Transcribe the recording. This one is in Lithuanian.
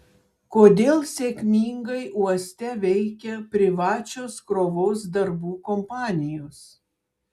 kodėl sėkmingai uoste veikia privačios krovos darbų kompanijos